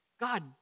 God